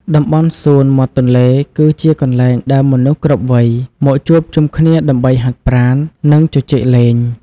តំបន់សួនច្បារមាត់ទន្លេ គឺជាកន្លែងដែលមនុស្សគ្រប់វ័យមកជួបជុំគ្នាដើម្បីហាត់ប្រាណ និងជជែកលេង។